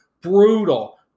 Brutal